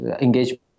engagement